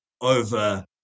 over